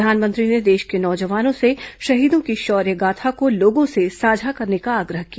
प्रधानमंत्री ने देश के नौजवानों से शहीदों की शौर्य गाथा को लोगों से साझा करने का आग्रह किया